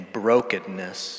brokenness